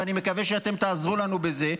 ואני מקווה שאתם תעזרו לנו בזה,